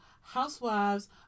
Housewives